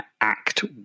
act